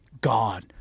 gone